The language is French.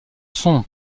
son